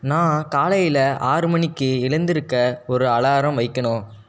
நான் காலையில ஆறு மணிக்கு எழுந்திருக்க ஒரு அலாரம் வைக்கணும்